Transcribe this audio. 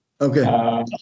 Okay